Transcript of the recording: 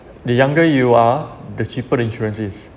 the younger you are the cheaper insurance is